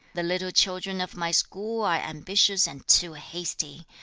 the little children of my school are ambitious and too hasty.